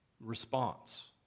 response